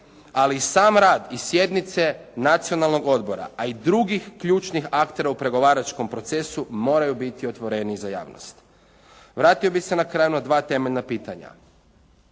Ali i sam rad i sjednice Nacionalnog odbora, a i drugih ključnih aktera u pregovaračkom procesu moraju biti otvoreniji za javnost. Vratio bih se na kraju na dva temeljna pitanja.